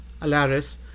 Alaris